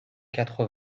quatre